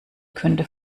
könnte